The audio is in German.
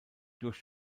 durch